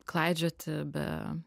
klaidžioti be